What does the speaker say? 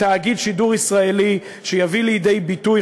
תאגיד שידור ישראלי שיביא לידי ביטוי,